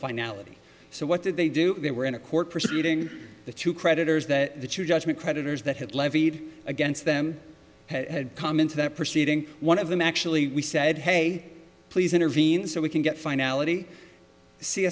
finality so what did they do they were in a court proceeding the two creditors that your judgment creditors that had levied against them had come into that proceeding one of them actually said hey please intervene so we can get finality